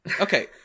Okay